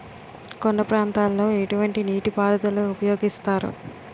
కొండ ప్రాంతాల్లో ఎటువంటి నీటి పారుదల ఉపయోగిస్తారు?